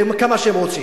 וכמה שהם רוצים.